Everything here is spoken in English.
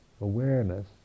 awareness